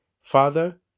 Father